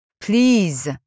Please